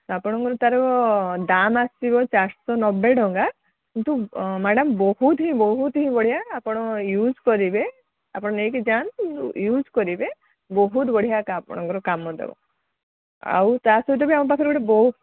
ଆପଣଙ୍କର ତା'ର ଦାମ ଆସିବ ସେଟା ଚାରିଶହ ନବେ ଟଙ୍କା କିନ୍ତୁ ମ୍ୟାଡ଼ମ୍ ବହୁତ ହିଁ ବହୁତ ହିଁ ବଢ଼ିଆ ଆପଣ ୟୁଜ୍ କରିବେ ଆପଣ ନେଇକି ଯାଆନ୍ତୁ ୟୁଜ୍ କରିବେ ବହୁତ ବଢ଼ିଆ ଆପଣଙ୍କର କାମ ଦେବ ଆଉ ତା'ସହିତ ବି ଆମ ପାଖରେ ଗୋଟେ ବହୁତ